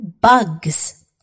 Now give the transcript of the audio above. bugs